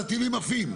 והטילים עפים,